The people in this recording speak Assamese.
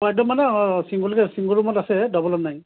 সেইটো মানে অ চিংগলকে চিংগল ৰূমত আছে ডাবোল ৰুম নাই